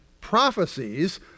prophecies